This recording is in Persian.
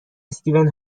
استیون